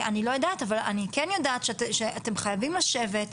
אני מבינה שאתם חייבים לשבת,